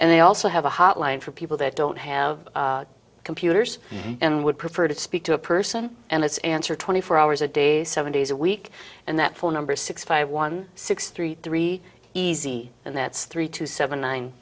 and they also have a hotline for people that don't have computers and would prefer to speak to a person and it's answer twenty four hours a day seven days a week and that phone number six five one six three three easy and that's three two seven nine